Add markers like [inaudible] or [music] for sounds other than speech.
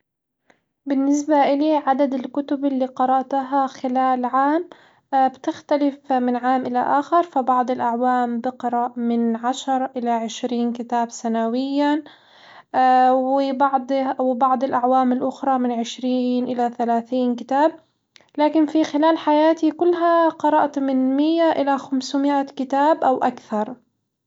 بالنسبة إلي عدد الكتب اللي قرأتها خلال عام [hesitation] بتختلف من عام إلى آخر، فبعض الأعوام بقرأ من عشر إلى عشرين كتاب سنويًا [hesitation] وبعض- وبعض الأعوام الأخرى من عشرين إلى ثلاثين كتاب، لكن في خلال حياتي كلها قرأت من مية إلى خمسمائة كتاب او أكثر.